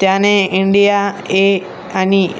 त्याने India A आणि